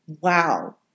Wow